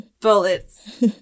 bullets